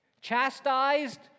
chastised